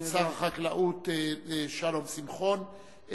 שר החקלאות שלום שמחון,